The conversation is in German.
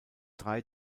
drei